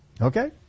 Okay